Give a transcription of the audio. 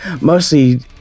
mostly